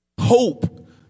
hope